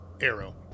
Arrow